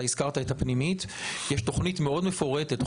יש תוכנית מפורטת מאוד,